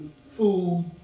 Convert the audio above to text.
food